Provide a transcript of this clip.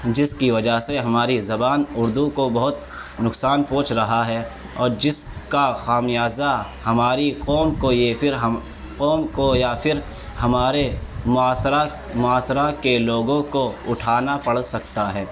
جس کی وجہ سے ہماری زبان اردو کو بہت نقصان پہنچ رہا ہے اور جس کا خامیازہ ہماری قوم کو یہ پھر ہم قوم کو یا پھر ہمارے معاشرہ معاشرہ کے لوگوں کو اٹھانا پڑ سکتا ہے